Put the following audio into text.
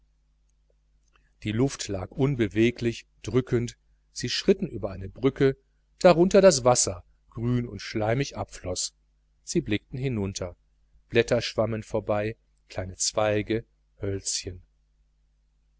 die luft lag unbeweglich drückend sie schritten über eine brücke darunter das wasser grün und schleimig abfloß sie blickten hinunter blätter schwammen vorbei kleine zweige hölzchen